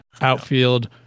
outfield